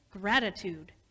gratitude